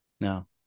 No